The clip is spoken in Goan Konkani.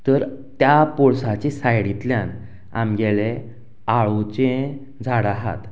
तर त्या पोरसाच्या सायडींतल्यान आमगेलें आळूचें झाड आहात